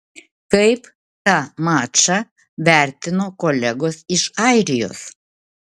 kaip tą mačą vertino kolegos iš airijos